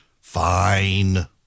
fine